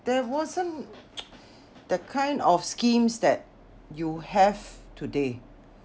there wasn't that kind of schemes that you have today